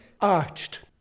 arched